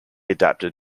adapted